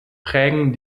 prägen